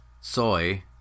Soy